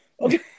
Okay